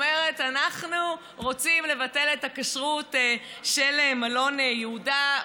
אומרת: אנחנו רוצים לבטל את הכשרות של מלון יהודה,